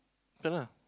ya lah